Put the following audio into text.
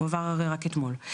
הוא עבר רק אתמול.